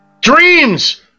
Dreams